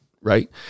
right